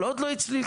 אבל עוד לא הצליחו,